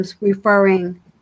Referring